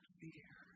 fear